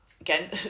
again